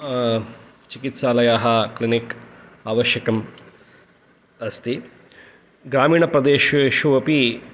चिकित्सालयाः क्लिनिक् आवश्यकम् अस्ति ग्रामीणप्रदेशेष्वपि